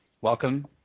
Welcome